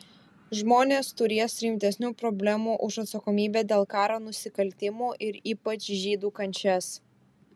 žmonės turės rimtesnių problemų už atsakomybę dėl karo nusikaltimų ir ypač žydų kančias